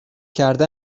کرده